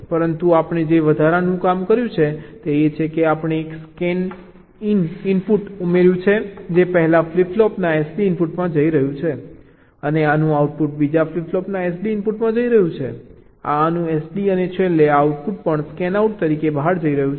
પરંતુ આપણે જે વધારાનું કામ કર્યું છે તે એ છે કે આપણે એક સ્કેનઈન ઇનપુટ ઉમેર્યું છે જે પહેલા ફ્લિપ ફ્લોપના SD ઇનપુટમાં જઈ રહ્યું છે અને આનું આઉટપુટ બીજા ફ્લિપ ફ્લોપના SD ઇનપુટમાં જઈ રહ્યું છે આ આનું SD અને છેલ્લે આ આઉટપુટ પણ સ્કેનઆઉટ તરીકે બહાર જઈ રહ્યું છે